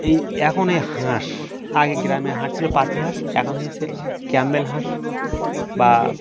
এই এখন এই হাঁস আগে গ্রামে হাঁস ছিল পাতি হাঁস এখন হয়েছে ক্যাম্পবেল হাঁস বা